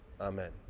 Amen